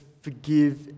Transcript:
forgive